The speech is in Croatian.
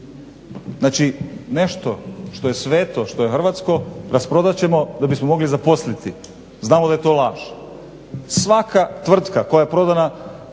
Znači nešto što je sveto, što je hrvatsko rasprodat ćemo da bismo mogli zaposliti. Znamo da je to laž. Svaka tvrtka koja je prodana